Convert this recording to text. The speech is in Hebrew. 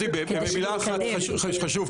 במילה אחת, חשוב.